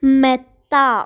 മെത്ത